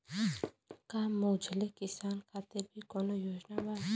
का मझोले किसान खातिर भी कौनो योजना बा?